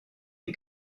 des